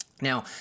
Now